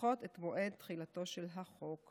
לדחות את מועד תחילתו של החוק.